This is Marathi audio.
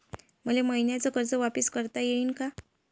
मले मईन्याचं कर्ज वापिस करता येईन का?